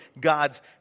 God's